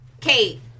Kate